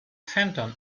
fenton